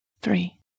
three